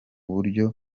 buryo